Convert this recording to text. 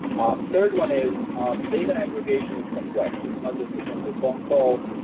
ah a third one is data aggregation is complex. it's not just a simple phone call,